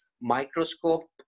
microscope